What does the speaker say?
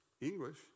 English